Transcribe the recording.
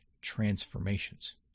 transformations